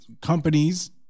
companies